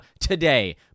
today